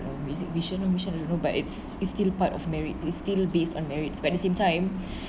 music vision and mission you know but it's it's still part of merit is still based on merits but at the same time